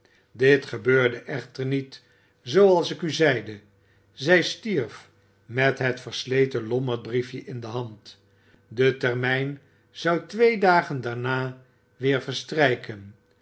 dit gebeurde echter niet zooals ik u zeide zij stierf met het versleten lommerdbriefje in de hand de termijn zou twee dagen daarna weer verstrijken